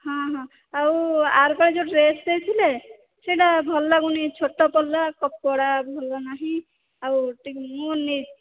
ହଁ ହଁ ଆଉ ଆର ପାଳି ଯେଉଁ ଡ୍ରେସ୍ ଦେଇଥିଲେ ସେଇଟା ଭଲ ଲାଗୁନି ଛୋଟ ପଡ଼ିଲା କପଡ଼ା ଭଲ ନାହିଁ ଆଉ ଟିକିଏ ମୁଁ ନିଜେ